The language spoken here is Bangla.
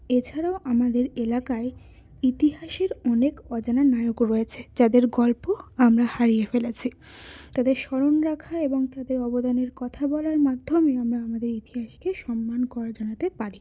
এছাড়াও আমাদের এলাকায় ইতিহাসের অনেক অজানা নায়ক রয়েছে যাদের গল্প আমরা হারিয়ে ফেলেছি তাদের স্মরণ রাখা এবং তাদের অবদানের কথা বলার মাধ্যমে আমরা আমাদের ইতিহাসকে সম্মান করা জানাতে পারি